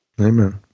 Amen